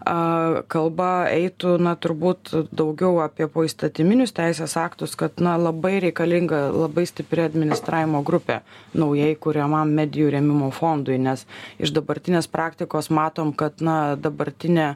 a kalba eitų na turbūt daugiau apie poįstatyminius teisės aktus kad na labai reikalinga labai stipri administravimo grupė naujai kuriamam medijų rėmimo fondui nes iš dabartinės praktikos matom kad na dabartinė